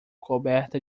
coberta